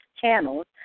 channels